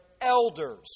elders